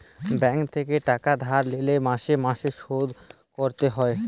bank থেকে টাকা ধার লিলে মাসে মাসে শোধ করতে হয়